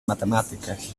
matemàtiques